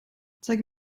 zeige